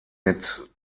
mit